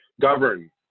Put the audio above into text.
govern